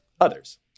others